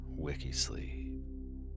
Wikisleep